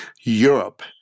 Europe